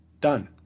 done